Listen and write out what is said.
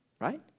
right